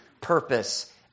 purpose